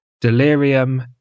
Delirium